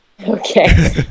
Okay